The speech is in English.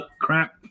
Crap